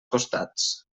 costats